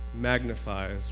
magnifies